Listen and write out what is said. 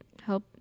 help